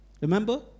Remember